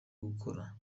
gukora